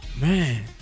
Man